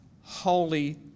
Holy